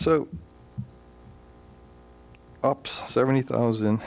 so up seventy thousand